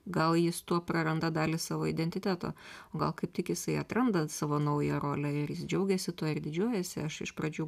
gal jis tuo praranda dalį savo identiteto gal kaip tik jisai atranda savo naują rolę ir jis džiaugiasi tuo ir didžiuojasi aš iš pradžių